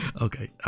Okay